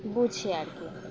বুঝি আর কি